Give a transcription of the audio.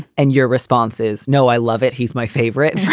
and your response is, no, i love it. he's my favorite.